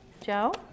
Joe